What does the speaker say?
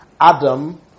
Adam